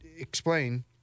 Explain